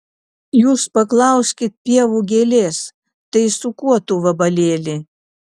jūs paklauskit pievų gėlės tai su kuo tu vabalėli